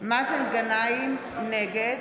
נגד